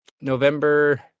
November